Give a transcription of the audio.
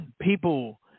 people